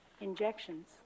injections